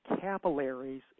capillaries